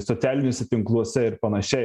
socialiniuose tinkluose ir panašiai